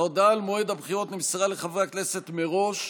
ההודעה על מועד הבחירות נמסרה לחברי הכנסת מראש,